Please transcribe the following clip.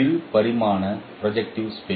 இரு பரிமாண projective spice